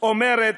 אומרות